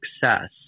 success